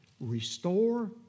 restore